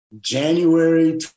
January